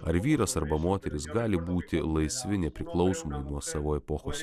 ar vyras arba moteris gali būti laisvi nepriklausomai nuo savo epochos